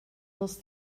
dels